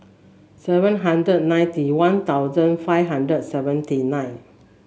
seven hundred ninety One Thousand five hundred seventy nine